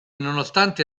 nonostante